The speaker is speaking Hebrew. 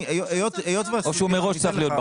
או שמראש הוא צריך להיות בחוץ.